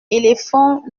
éléphants